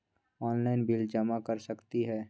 Online bill जमा कर सकती ह?